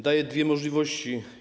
Daje dwie możliwości.